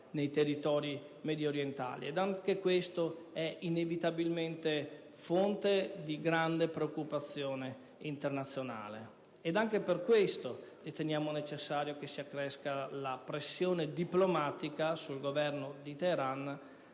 nei territori mediorientali, ed anche questo è inevitabilmente fonte di grande preoccupazione internazionale. Anche per questo riteniamo necessario che si accresca la pressione diplomatica sul Governo di Teheran